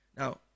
Now